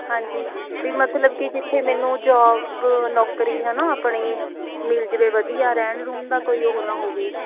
ਹਾਂਜੀ ਵੀ ਮਤਲਬ ਕਿ ਜਿੱਥੇ ਮੈਨੂੰ ਜੌਬ ਨੌਕਰੀ ਹੈ ਨਾ ਆਪਣੀ ਮਿਲ ਜਾਵੇ ਵਧੀਆ ਰਹਿਣ ਰੂਹਣ ਦਾ ਕੋਈ ਉਹ ਨਾ ਹੋਵੇ